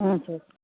ಹ್ಞೂ ಸರ್